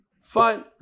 Fine